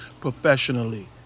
professionally